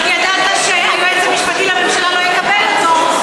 רק ידעת שהיועץ המשפטי לממשלה לא יקבל את זה,